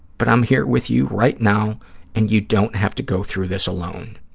but i'm here with you right now and you don't have to go through this alone.